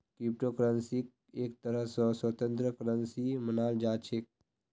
crypto करन्सीक एक तरह स स्वतन्त्र करन्सी मानाल जा छेक